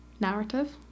Narrative